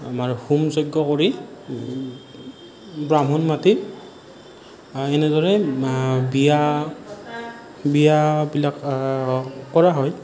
আমাৰ হোম যজ্ঞ কৰি বামুণ মাতি আৰু এনেদৰে বিয়া বিয়াবিলাক কৰা হয়